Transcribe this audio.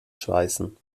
schweißen